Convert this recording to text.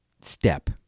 step